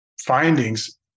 findings